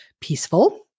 peaceful